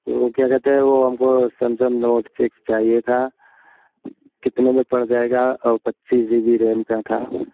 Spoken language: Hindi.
तो क्या कहते हैं वह हमको सैमसंग नोट सिक्स चाहिए था कितने मे पड़ जाएगा पच्चीस जी बी रैम का था